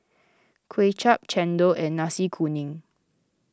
Kway Chap Chendol and Nasi Kuning